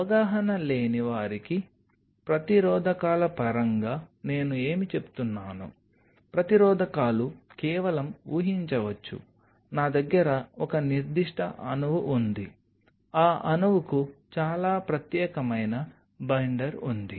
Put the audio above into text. అవగాహన లేని వారికి ప్రతిరోధకాల పరంగా నేను ఏమి చెబుతున్నాను ప్రతిరోధకాలు కేవలం ఊహించవచ్చు నా దగ్గర ఒక నిర్దిష్ట అణువు ఉంది ఆ అణువుకు చాలా ప్రత్యేకమైన బైండర్ ఉంది